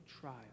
trial